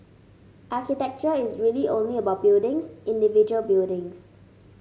architecture is really only about buildings individual buildings